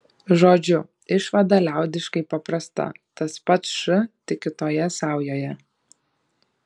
žodžiu išvada liaudiškai paprasta tas pats š tik kitoje saujoje